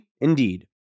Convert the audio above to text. Indeed